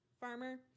Farmer